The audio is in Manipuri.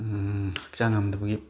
ꯍꯛꯆꯥꯡ ꯉꯝꯗꯕꯒꯤ